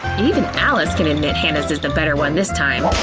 even alice can admit hannah's is the better one this time.